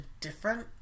different